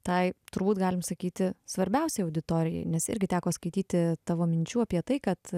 tai turbūt galim sakyti svarbiausiai auditorijai nes irgi teko skaityti tavo minčių apie tai kad